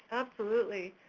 absolutely.